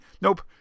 Nope